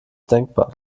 denkbar